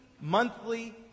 monthly